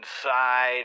inside